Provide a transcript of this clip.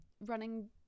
running